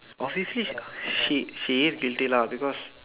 obviously she she is guilty lah because